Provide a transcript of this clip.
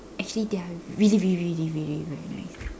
actually they are really really really really very nice